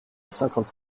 cinquante